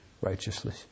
righteously